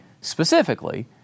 specifically